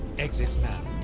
exit,